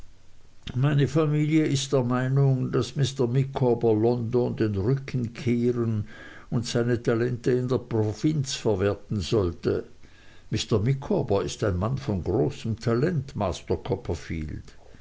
meine familie ist der meinung daß mr micawber london den rücken kehren und seine talente in der provinz verwerten solle mr micawber ist ein mann von großem talent